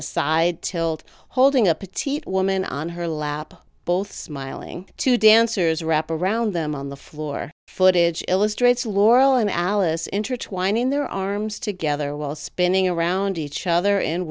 a side tilt holding a petite woman on her lap both smiling two dancers wrap around them on the floor footage illustrates laurel and alice intertwined in their arms together while spinning around each other in